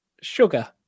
sugar